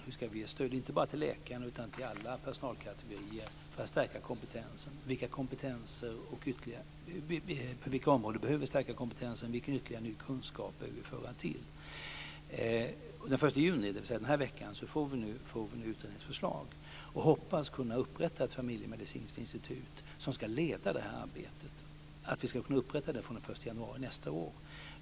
Det gäller att ge stöd inte bara till läkaren utan till alla personalkategorier för att stärka kompetensen, på vilka områden vi behöver stärka kompetensen och vilka nya kunskaper vi vill föra till. Den 1 juni, alltså i den här veckan, får vi utredningens förslag, och vi hoppas den 1 januari nästa år kunna inrätta ett familjemedicinskt institut som ska leda det här arbetet.